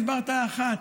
יש ברטעה אחת,